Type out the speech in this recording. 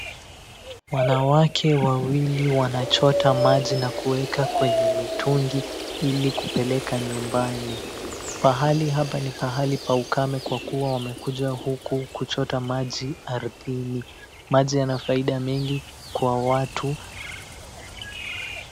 Wanawake wawili wanachota maji na kuweka kwenye mitungi ili kupeleka nyumbani. Pahali hapa ni pahali pa ukame kwa kuwa wamekuja huku kuchota maji ardhini, Maji yana faida kubwa kwa watu.